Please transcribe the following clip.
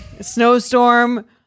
Snowstorm